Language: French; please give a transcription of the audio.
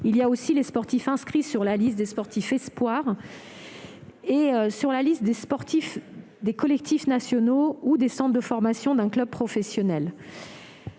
mais aussi les ceux inscrits sur la liste des sportifs espoirs, sur la liste des sportifs des collectifs nationaux ou des centres de formation d'un club professionnel.